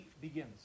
begins